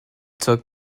took